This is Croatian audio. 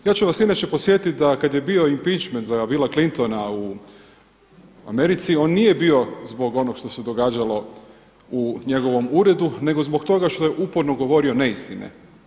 Ja ću vas inače podsjetiti da kada je bio … za Billa Clintona u Americi, on nije bio zbog onoga što se događalo u njegovom uredu, nego zbog toga što je uporno govorio neistine.